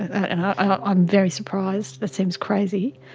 and i'm very surprised, that seems crazy,